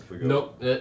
Nope